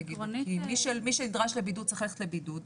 כי מי שנדרש לבידוד צריך ללכת לבידוד.